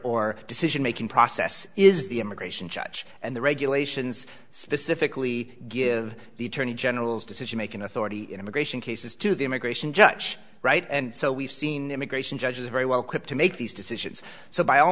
or decision making process is the immigration judge and the regulations specifically give the attorney general's decision making authority in immigration cases to the immigration judge right and so we've seen immigration judges very well quick to make these decisions so by all